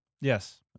Yes